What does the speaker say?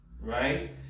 right